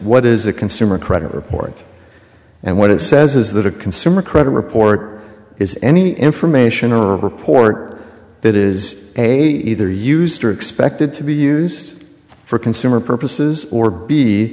what is a consumer credit report and what it says is that a consumer credit report is any information or a report that is a either used or expected to be used for consumer purposes or be